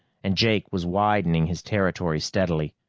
and jake was widening his territory steadily.